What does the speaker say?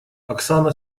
оксана